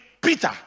Peter